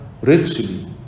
richly